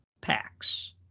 packs